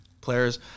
players